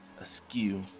askew